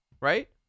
right